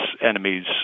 enemies